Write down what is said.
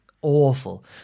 awful